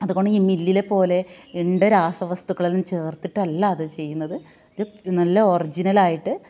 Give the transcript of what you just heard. അതുകൊണ്ട് ഈ മില്ലിലെ പോലെ ഇണ്ടെ രാസവസ്തുക്കളൊന്നും ചേര്ത്തിട്ടല്ലാത് ചെയ്യുന്നത് ഇത് നല്ല ഒറിജിനലായിട്ടു